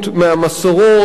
מהמסורות,